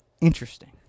interesting